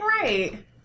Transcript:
right